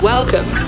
Welcome